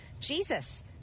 Jesus